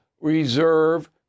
reserve